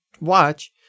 watch